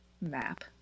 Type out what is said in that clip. map